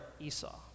Esau